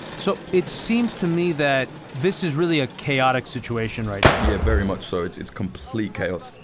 so it seems to me that this is really a chaotic situation right now. yeah, very much so, it's it's complete chaos.